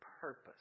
purpose